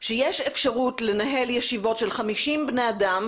שיש אפשרות לנהל ישיבות של 50 בני אדם,